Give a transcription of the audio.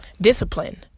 discipline